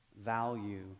value